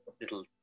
little